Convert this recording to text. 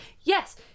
yes